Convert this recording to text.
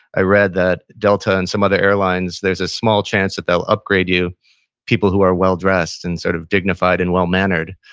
i read that delta and some other airlines, there's a small chance that they'll upgrade you people who are well dressed and sort of dignified and well mannered.